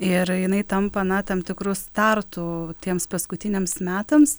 ir jinai tampa na tam tikru startu tiems paskutiniams metams